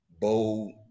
bold